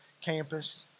campus